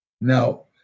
Now